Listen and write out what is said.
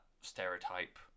stereotype